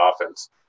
offense